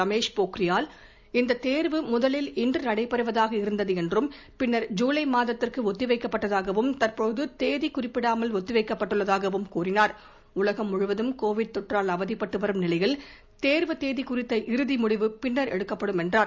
ரமேஷ் பொக்ரியால் இந்தத் தேர்வு முதலில் இன்று நடைபெறுவதாக இருந்தது என்றும் பின்னர் ஜூலை மாதத்திற்கு ஒத்தி வைக்கப்பட்டதாகவும் தற்போது தேதி குறிப்பிடாமல் ஒத்திவைக்கப்பட்டுள்ளதாகவும் கூறினார் உலகம் முழுவதும் கோவிட் தொற்றால் அவதிப்பட்டு வரும் நிலையில் தேர்வு தேதி குறித்த இறுதி முடிவு பின்னர் எடுக்கப்படும் என்றார்